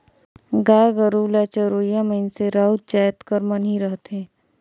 गाय गरू ल चरोइया मइनसे राउत जाएत कर मन ही रहथें